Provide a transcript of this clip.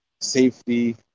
Safety